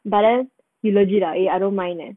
but then you legit ah eh I don't mind leh